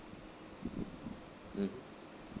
mm